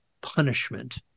punishment